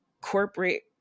corporate